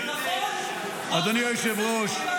אדוני היושב-ראש,